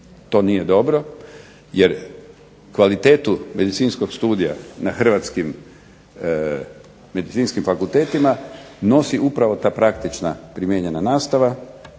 To nije dobro, jer kvalitetu medicinskog studija na Hrvatskim medicinskim fakultetima nosi upravo ta praktična primijenjena nastava